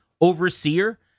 overseer